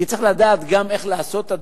כי צריך לדעת איך לעשות את הדברים.